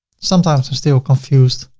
sometimes i'm still confused.